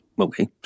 Okay